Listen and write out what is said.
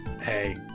Hey